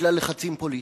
ובגלל לחצים פוליטיים.